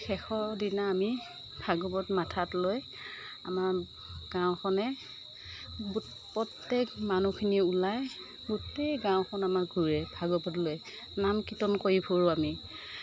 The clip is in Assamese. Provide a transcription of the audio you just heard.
শেষৰ দিনা আমি ভাগৱত মাথাত লৈ আমাৰ গাঁওখনে প্ৰত্যেক মানুহখিনি ওলাই গোটেই গাঁওখন আমাৰ ঘূৰে ভাগৱত লৈ নাম কীৰ্তন কৰি ফুৰোঁ আমি